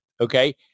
okay